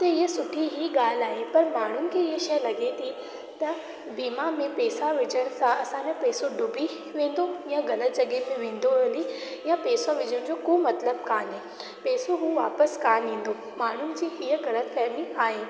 त इहा सुठी ई ॻाल्हि आहे पर माण्हुनि खे इहा शइ लॻे थी त बीमा में पैसा विझण सां असांजो पैसो डुबी वेंदो या ग़लति जॻह में वेंदो हली या पैसो विझण जो को मतलबु काने पैसो हू वापसि कान ईंदो माण्हुनि जी हीअं ग़लतफहमी आहे